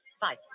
five